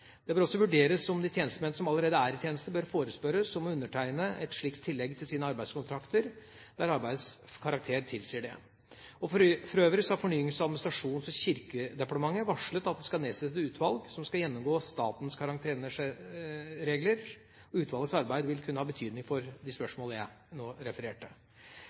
Det bør også vurderes om de tjenestemenn som allerede er i tjeneste, bør forespørres om å undertegne et slikt tillegg til sine arbeidskontrakter, der arbeidets karakter tilsier det. For øvrig har Fornyings-, administrasjons- og kirkedepartementet varslet at det skal nedsettes et utvalg som skal gjennomgå statens karanteneregler, og utvalgets arbeid vil kunne ha betydning for de spørsmålene jeg nå refererte.